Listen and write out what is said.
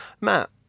Matt